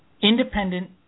Independent